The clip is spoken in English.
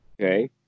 Okay